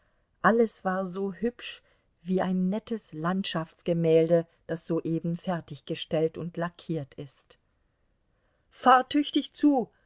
alles war so hübsch wie ein nettes landschaftsgemälde das soeben fertiggestellt und lackiert ist fahr tüchtig zu